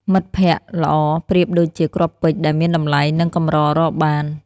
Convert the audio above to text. មិត្តភក្តិល្អប្រៀបដូចជាគ្រាប់ពេជ្រ ដែលមានតម្លៃ និងកម្ររកបាន។